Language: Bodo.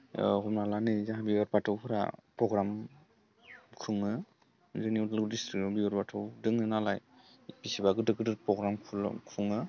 हमना ला नै जाहा बेयाव बाथौफोरा प्रग्राम खुङो जोंनि उदालगुरि डिस्ट्रिकआव बिबार बाथौ दोङो नालाय बिसिबा गोदोर गोदोर खुङो